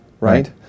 Right